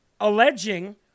alleging